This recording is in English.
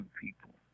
people